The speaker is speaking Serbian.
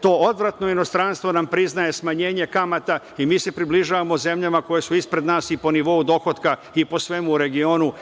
to odvratno inostranstvo nam priznaje smanjenje kamata i mi se približavamo zemljama koje su ispred nas i po nivou dohotka i po svemu u regionu.